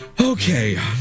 Okay